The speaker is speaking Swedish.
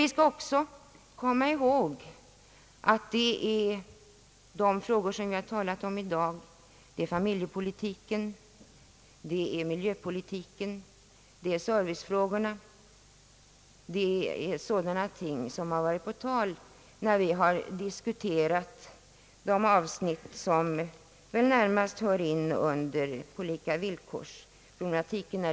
Vi skall komma ihåg att frågor som det har talats om här i dag — familjepolitiken, miljöpolitiken och servicefrågorna — är sådana ting som hör ihop med pålika-villkor-problematiken.